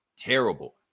terrible